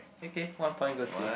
okay one point goes to you